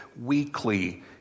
weekly